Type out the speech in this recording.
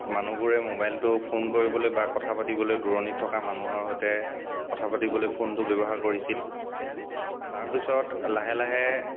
মানুহবোৰে মোবাইলটো ফোন কৰিবলৈ বা কথা পাতিবলৈ দূৰণিত থকা মানুহৰ সৈতে কথা পাতিবলৈ ফোনটো ব্যৱহাৰ কৰিছিল তাৰপিছত লাহে লাহে